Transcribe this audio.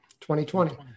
2020